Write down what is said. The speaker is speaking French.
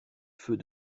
feux